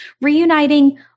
reuniting